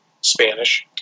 Spanish